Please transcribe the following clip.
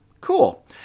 Cool